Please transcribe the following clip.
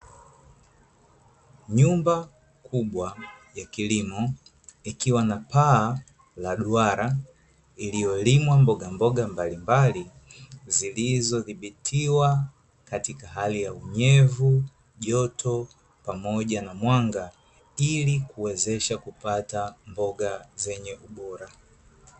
Nyumba kubwa ya kilimo ikiwa na paa la duara, iliyolimwa mbogamboga mbalimbali zailizodhibitiwa kaika hali ya unyevu, joto, pamoja na mwanga ili kuwezesha kupata mboga zenye ubora.